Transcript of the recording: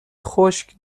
خشک